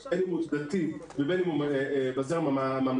בין אם הוא דתי ובין אם הוא בזרם הממלכתי,